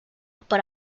but